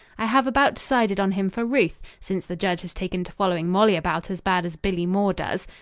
i have about decided on him for ruth since the judge has taken to following molly about as bad as billy moore does.